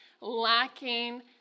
lacking